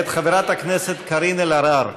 מאת חברת הכנסת קארין אלהרר.